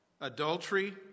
adultery